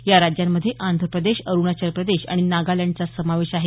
या राज्यांमध्ये आंध्र प्रदेश अरुणाचल प्रदेश आणि नागालँडचा समावेश आहे